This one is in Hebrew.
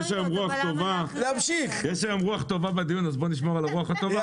יש היום רוח טובה בדיון אז בוא נשמור על הרוח הטובה.